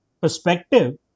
perspective